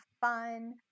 fun